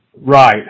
Right